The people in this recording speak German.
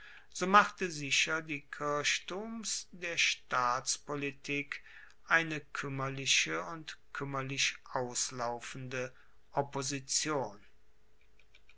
so machte sicher die kirchturms der staatspolitik eine kuemmerliche und kuemmerlich auslaufende opposition